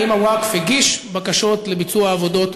האם הווקף הגיש לוועדת השרים בקשות לביצוע העבודות?